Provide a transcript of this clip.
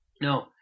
No